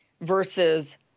versus